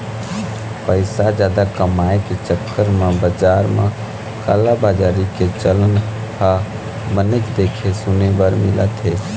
पइसा जादा कमाए के चक्कर म बजार म कालाबजारी के चलन ह बनेच देखे सुने बर मिलथे